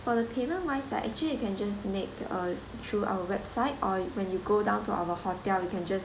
for the payment wise right actually you can just make uh through our website or when you go down to our hotel you can just